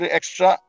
Extra